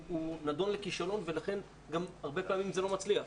נדון לכישלון ולכן גם הרבה פעמים זה לא מצליח.